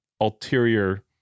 ulterior